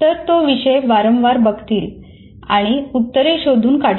तर ते तो विषय वारंवार बघतील आणि उत्तरे शोधून काढतील